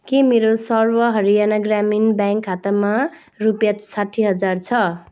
के मेरो सर्व हरियाणा ग्रामीण ब्याङ्क खातामा रुपियाँ साठी हजार छ